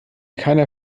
keiner